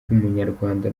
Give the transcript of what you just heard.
bw’umunyarwanda